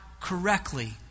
correctly